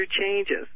changes